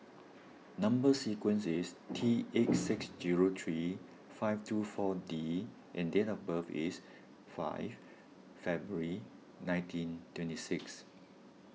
Number Sequence is T eight six zero three five two four D and date of birth is five February nineteen twenty six